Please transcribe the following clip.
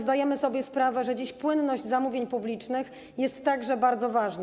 Zdajemy sobie sprawę, że dziś płynność zamówień publicznych jest także bardzo ważna.